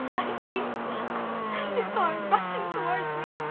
i see a dinosaur matching towards me.